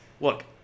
look